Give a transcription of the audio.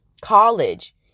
college